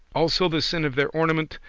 also the sin of their ornament,